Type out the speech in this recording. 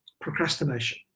procrastination